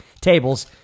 tables